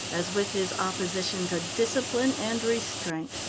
as with his opposition to discipline and restraint.